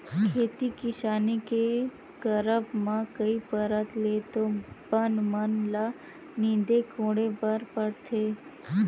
खेती किसानी के करब म कई परत ले तो बन मन ल नींदे कोड़े बर परथे